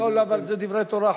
לא, אבל זה דברי תורה.